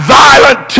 violent